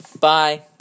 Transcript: Bye